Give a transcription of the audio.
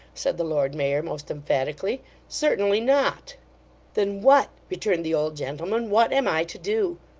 said the lord mayor, most emphatically certainly not then what returned the old gentleman, what am i to do?